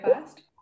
first